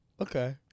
Okay